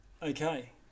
Okay